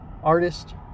artist